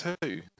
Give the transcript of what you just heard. two